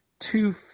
Two